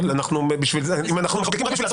אבל אם אנחנו מחוקקים רק בשביל לעשות